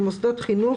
של מוסדות חינוך,